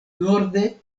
norde